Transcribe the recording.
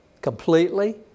completely